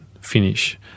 finish